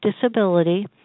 disability